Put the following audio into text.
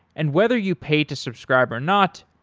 and whether you pay to subscribe or not,